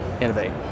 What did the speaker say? innovate